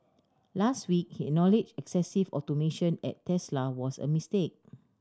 last week he acknowledged excessive automation at Tesla was a mistake